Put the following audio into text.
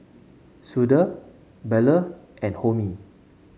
Sudhir Bellur and Homi